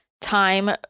time